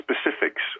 specifics